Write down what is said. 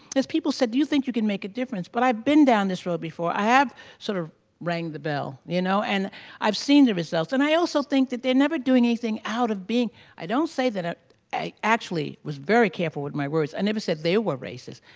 as people said do you think you can make a difference but i've been down this road before. i have sort of rang the bell, you know. and i've seen the results. and i also think that they're never doing anything out of being i don't say that ah i, actually, was very careful with my words. i never said they were racist.